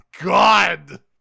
God